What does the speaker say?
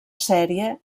sèrie